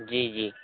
जी जी